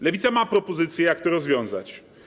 Lewica ma propozycje, jak to rozwiązać.